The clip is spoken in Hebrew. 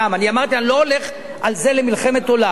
אמרתי: אני לא הולך על זה למלחמת עולם.